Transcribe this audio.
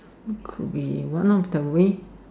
could be one of the ways